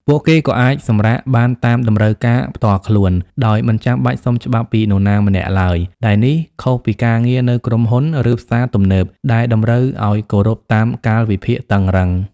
ពួកគេក៏អាចសម្រាកបានតាមតម្រូវការផ្ទាល់ខ្លួន ដោយមិនចាំបាច់សុំច្បាប់ពីនរណាម្នាក់ឡើយ ដែលនេះខុសពីការងារនៅក្រុមហ៊ុន ឬផ្សារទំនើបដែលតម្រូវឲ្យគោរពតាមកាលវិភាគតឹងរ៉ឹង។